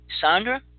Sandra